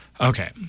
Okay